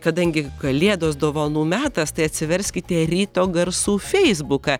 kadangi kalėdos dovanų metas tai atsiverskite ryto garsų feisbuką